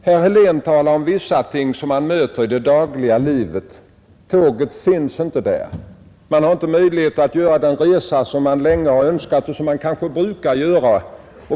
Herr Helén talade om vissa ting som man möter i det dagliga livet: tågen finns inte där, man har inte möjlighet att göra den resa som man länge har önskat göra och som man kanske brukar göra.